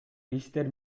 иштер